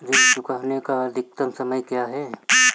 ऋण चुकाने का अधिकतम समय क्या है?